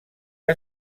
que